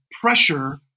pressure